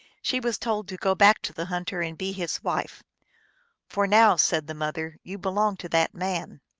she was told to go back to the hunter and be his wife for now, said the mother, you belong to that man.